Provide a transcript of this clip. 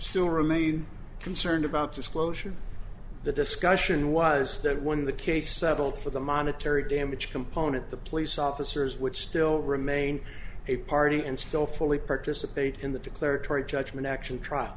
still remain concerned about disclosure the discussion was that when the case settled for the monetary damage component the police officers would still remain a party and still fully participate in the declaratory judgment action trial